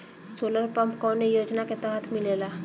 Solar pump कौने योजना के तहत मिलेला?